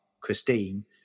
Christine